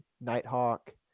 Nighthawk